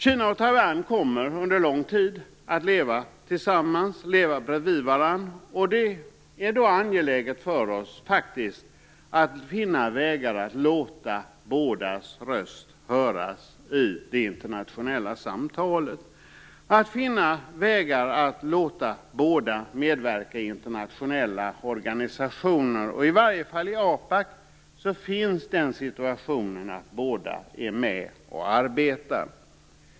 Kina och Taiwan kommer under lång tid att leva bredvid varandra, och det är därför angeläget för oss att finna vägar att låta bådas röster höras i det internationella samtalet och för att låta båda medverka i internationella organisationer. I varje fall i APAC har vi en situation där båda är med och arbetar.